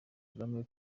kagame